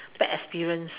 bad experience